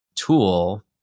tool